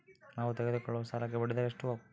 ನಾವು ತೆಗೆದುಕೊಳ್ಳುವ ಸಾಲಕ್ಕೆ ಬಡ್ಡಿದರ ಎಷ್ಟು?